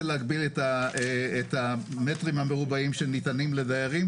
להגביל את המטרים המרובעים שניתנים לדיירים.